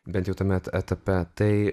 bent jau tame et etape tai